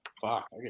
Fuck